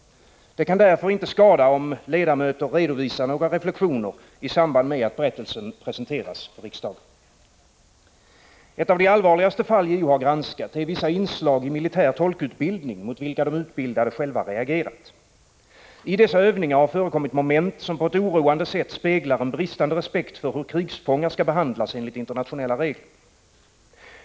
Det kan därför inte skada om ledamöter redovisar några reflexioner i samband med att berättelsen presenteras för riksdagen. Ett av de allvarligaste fall JO har granskat är vissa inslag i militär tolkutbildning, mot vilka de utbildade själva har reagerat. I dessa övningar har förekommit moment som på ett oroande sätt speglar en bristande respekt för hur krigsfångar skall behandlas enligt internationella regler.